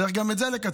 צריך גם את זה לקצר.